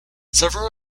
several